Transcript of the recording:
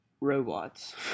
Robots